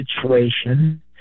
situation